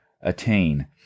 attain